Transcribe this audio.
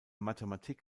mathematik